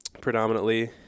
predominantly